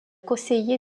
conseiller